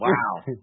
Wow